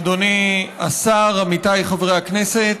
אדוני השר, עמיתיי חברי הכנסת,